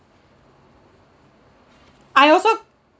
I also